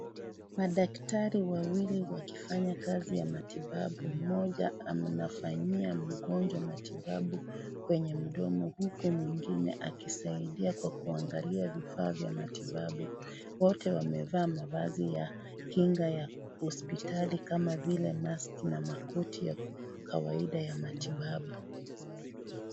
Madaktari wawili wakifanya kazi ya matibabu, mmoja anafanyia matibabu mgonjwa kwenye mdomo huku mwingine akisaidia kwa kuangalia vifaa vya matibabu, wote wamevaa mavazi ya kinga ya hospitali kama vile maski, na makoti ya ku, kawaida ya matibabu.